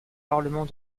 parlement